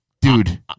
dude